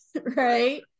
right